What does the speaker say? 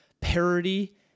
parody